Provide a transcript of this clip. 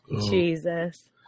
Jesus